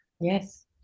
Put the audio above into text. Yes